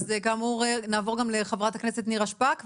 אז כאמור, נעבור גם לחברת הכנסת נירה שפק.